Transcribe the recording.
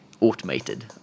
automated